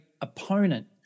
opponent